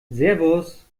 servus